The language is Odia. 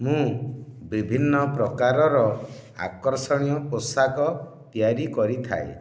ମୁଁ ବିଭିନ୍ନ ପ୍ରକାରର ଆକର୍ଷଣୀୟ ପୋଷାକ ତିଆରି କରିଥାଏ